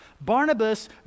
Barnabas